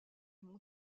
mon